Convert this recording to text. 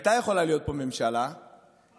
הייתה יכולה להיות פה ממשלה שלא